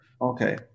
Okay